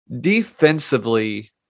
defensively